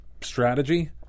strategy